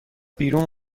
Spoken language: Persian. بیرون